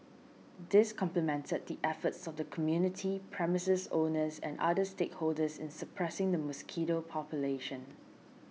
this complemented the efforts of the community premises owners and other stakeholders in suppressing the mosquito population